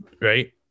right